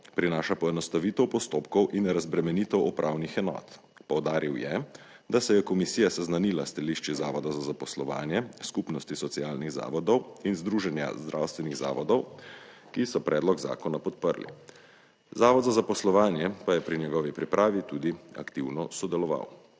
prinaša poenostavitev postopkov in razbremenitev upravnih enot. Poudaril je, da se je komisija seznanila s stališči Zavoda za zaposlovanje, Skupnosti socialnih zavodov in Združenja zdravstvenih zavodov, ki so predlog zakona podprli. Zavod za zaposlovanje pa je pri njegovi pripravi tudi aktivno sodeloval.